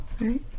Right